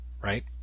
right